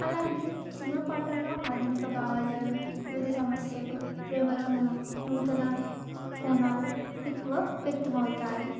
అలాగే సినిమా పాటలలో ఆధునిక భావజాలం వివిధ సమస్యలు ప్రేమలో నూ నూతన కోణాలు ఎక్కువ వ్యక్తం అవుతాయి